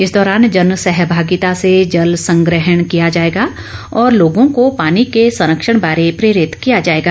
इस दौरान जन सहभागिता से जल संग्रहण किया जाएगा और लोगों को पानी के संरक्षण बारे प्रेरित किया जाएगा